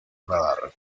radar